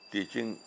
Teaching